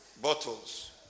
bottles